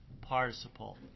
participle